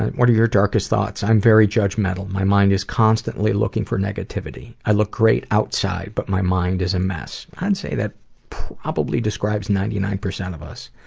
what are your darkest thoughts? i'm very judgmental. my mind is constantly looking for negativity. i look great outside, but my mind is a mess. i'd say that probably describes ninety nine percent of us.